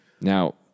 Now